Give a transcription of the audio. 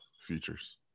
features